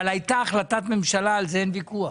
אבל הייתה החלטת ממשלה, על זה אין ויכוח.